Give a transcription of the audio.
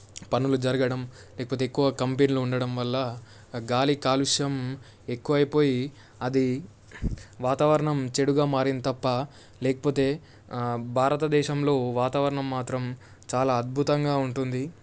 పనులు జరగడం లేకపోతే ఎక్కువ కంపెనీలు ఉండడం వల్ల గాలి కాలుష్యం ఎక్కువైపోయి అది వాతావరణం చెడుగా మారింది తప్ప లేకపోతే భారతదేశంలో వాతావరణం మాత్రం చాలా అద్భుతంగా ఉంటుంది